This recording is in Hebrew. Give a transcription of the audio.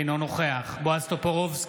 אינו נוכח בועז טופורובסקי,